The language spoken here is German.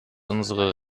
unsere